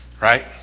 right